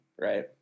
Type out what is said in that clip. Right